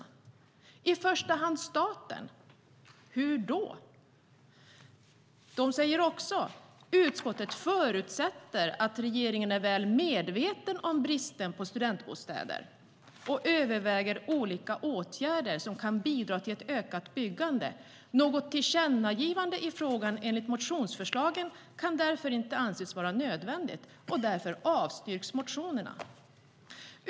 "Man skriver också i betänkandet: "Utskottet förutsätter att regeringen är väl medveten om bristen på studentbostäder och överväger olika åtgärder som kan bidra till ett ökat byggande. Något tillkännagivande i frågan enligt motionsförslagen kan därför inte anses vara nödvändigt. Motionerna avstyrks således."